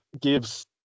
gives